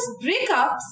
breakups